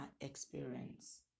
experience